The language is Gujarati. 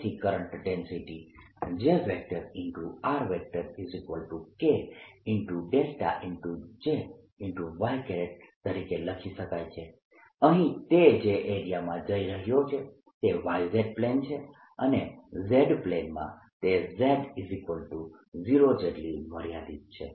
તેથી current density J K δz y તરીકે લખી શકાય છે અહીં તે જે એરિયામાં જઈ રહ્યો છે તે YZ પ્લેન છે અને Z પ્લેનમાં તે z0 જેટલું મર્યાદિત છે